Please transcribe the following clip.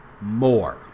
more